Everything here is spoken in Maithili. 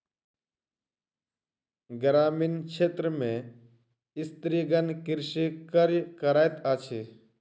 ग्रामीण क्षेत्र में स्त्रीगण कृषि कार्य करैत अछि